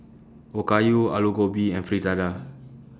Okayu Alu Gobi and Fritada